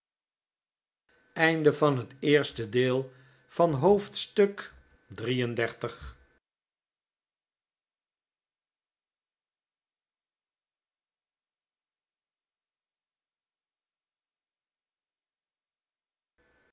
oosten van het westen van het